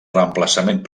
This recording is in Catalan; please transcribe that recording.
reemplaçament